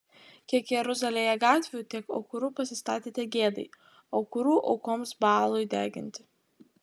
kiek jeruzalėje gatvių tiek aukurų pasistatėte gėdai aukurų aukoms baalui deginti